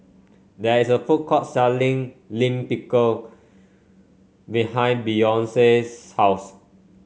there is a food court selling Lime Pickle behind Beyonce's house